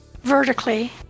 vertically